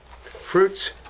fruits